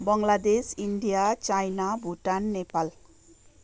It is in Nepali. Bangladesh India China Bhutan Nepal